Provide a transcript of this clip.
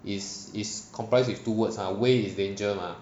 is is comprised with two words mah 危 is danger mah